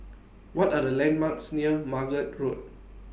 What Are The landmarks near Margate Road